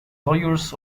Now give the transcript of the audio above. lawyers